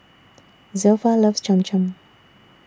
Zilpha loves Cham Cham